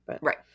Right